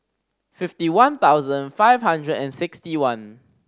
fifty one thousand five hundred and sixty one